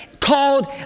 called